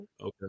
Okay